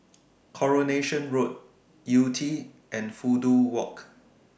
Coronation Road Yew Tee and Fudu Walk